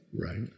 right